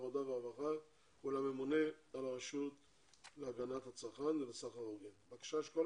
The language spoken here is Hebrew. סדר היום ישיבת מעקב אחר דיון שהתקיים ביום 15 באוקטובר 2020